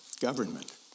government